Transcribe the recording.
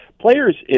Players